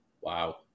Wow